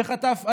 וחטף אלימות,